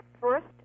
first